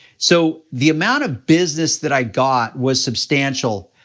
so the amount of business that i got was substantial,